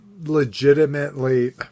legitimately